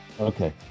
Okay